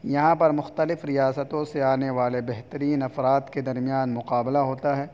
یہاں پر مختلف ریاستوں سے آنے والے بہترین افراد کے درمیان مقابلہ ہوتا ہے